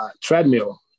treadmill